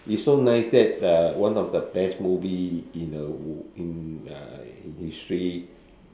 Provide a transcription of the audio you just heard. it's so nice that uh one of the best movie in uh in uh history